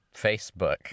Facebook